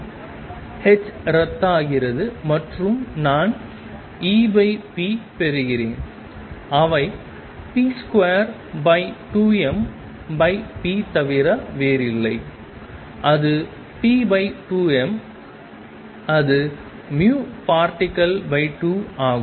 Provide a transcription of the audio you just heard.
h ரத்தாகிறது மற்றும் நான் Epபெறுகிறேன் அவை p22mp தவிர வேறில்லை அது p2m அது vparticle 2ஆகும்